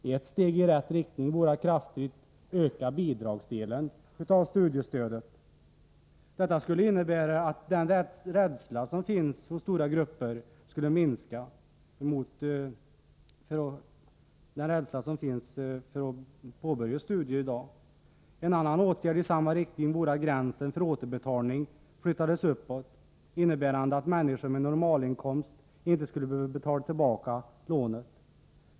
Ett steg i rätt riktning vore att kraftigt öka bidragsdelen av studiestödet. Detta skulle innebära att den rädsla för att påbörja studier som finns skulle minska. En annan åtgärd i samma riktning vore att gränsen för återbetalning flyttades uppåt, innebärande att människor med normalinkomst inte skulle behöva betala tillbaka lånet.